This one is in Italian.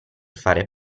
fare